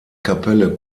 kapelle